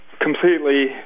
completely